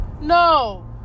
No